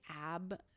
ab